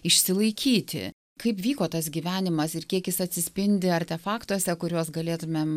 išsilaikyti kaip vyko tas gyvenimas ir kiek jis atsispindi artefaktuose kuriuos galėtumėm